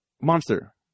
Monster